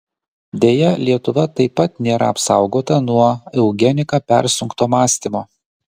deja lietuva taip pat nėra apsaugota nuo eugenika persunkto mąstymo